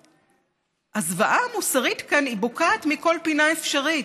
הזוועה המוסרית כאן בוקעת מכל פינה אפשרית.